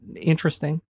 interesting